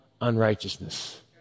unrighteousness